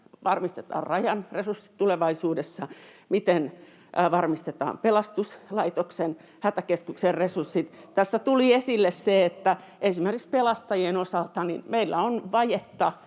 miten varmistetaan Rajan resurssit tulevaisuudessa, miten varmistetaan pelastuslaitoksen, Hätäkeskuksen resurssit. Tässä tuli esille se, että esimerkiksi pelastajien osalta meillä on vajetta